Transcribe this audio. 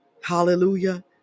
Hallelujah